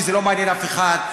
כי זה לא מעניין אף אחד.